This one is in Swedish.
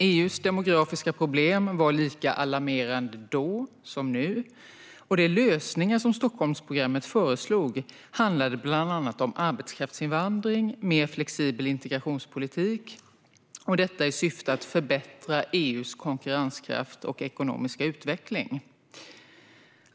EU:s demografiska problem var lika alarmerande då som nu, och de lösningar som Stockholmsprogrammet föreslog handlade bland annat om arbetskraftsinvandring och en mer flexibel integrationspolitik - i syfte att förbättra EU:s konkurrenskraft och ekonomiska utveckling.